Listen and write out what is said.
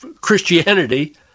Christianity